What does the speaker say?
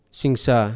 singsa